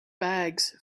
bags